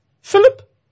Philip